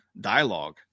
dialogue